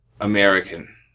American